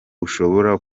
ushobora